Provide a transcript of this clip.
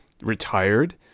retired